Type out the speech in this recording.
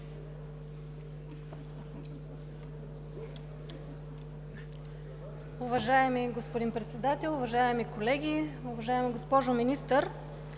Уважаема госпожо Председател, уважаеми колеги, уважаема госпожо Министър!